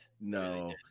no